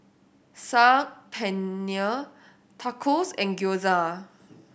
Saag Paneer Tacos and Gyoza